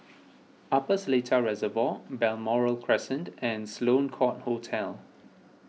Upper Seletar Reservoir Balmoral Crescent and Sloane Court Hotel